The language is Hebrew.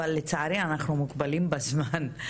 אבל לצערי אנחנו מוגבלים בזמן.